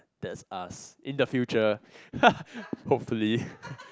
that's us in the future hopefully